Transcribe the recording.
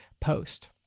post